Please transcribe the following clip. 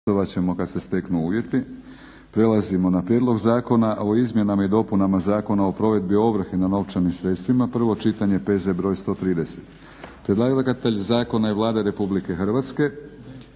Prelazimo na - Prijedlog zakona o izmjenama i dopunama Zakona o provedbi ovrhe na novčanim sredstvima, prvo čitanje, P.Z. br. 130. Predlagatelj zakona je Vlada Republike Hrvatske.